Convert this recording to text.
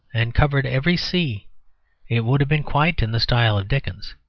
and covered every sea it would have been quite in the style of dickens.